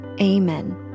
Amen